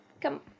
come